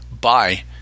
Bye